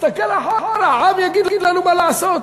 מסתכל אחורה, העם יגיד לנו מה לעשות.